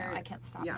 i can't stop yeah